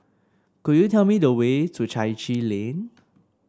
could you tell me the way to Chai Chee Lane